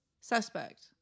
Suspect